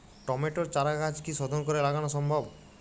টমেটোর চারাগাছ কি শোধন করে লাগানো সম্ভব?